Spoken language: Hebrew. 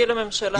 את צודקת,